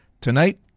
Tonight